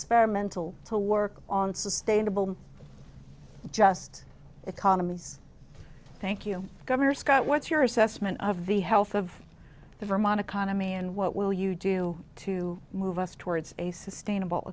imental to work on sustainable just economies thank you governor scott what's your assessment of the health of the vermont economy and what will you do to move us towards a sustainable